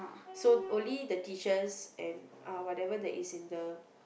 so only the teachers and uh whatever that is in the